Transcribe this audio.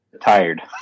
tired